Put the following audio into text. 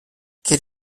quel